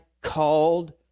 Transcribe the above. called